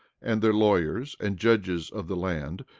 and their lawyers and judges of the land,